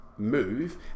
Move